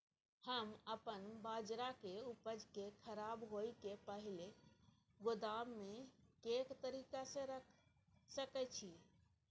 हम अपन बाजरा के उपज के खराब होय से पहिले गोदाम में के तरीका से रैख सके छी?